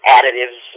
Additives